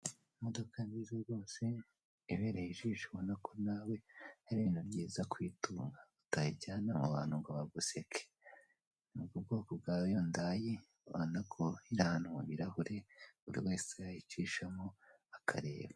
Imodoka nziza rwose ibereye ijisho ubona ko nawe ari ibintu byiza kuyitunga, utayijyana mubantu ngo baguseke, ni ubwo bwoko bwa yundayi, ubonako ni ahantu mukirahure buri wese yayicishamo akareba.